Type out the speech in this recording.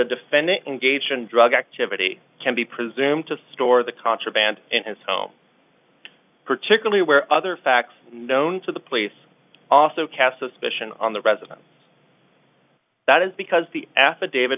a defendant engaged in drug activity can be presumed to store the contraband in his home particularly where other facts known to the police also cast suspicion on the residence that is because the affidavit